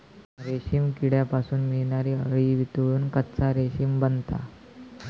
रेशीम किड्यांपासून मिळणारी अळी वितळून कच्चा रेशीम बनता